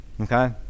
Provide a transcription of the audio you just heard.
Okay